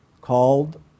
called